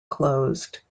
closed